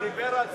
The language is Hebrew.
אין עוני בישראל.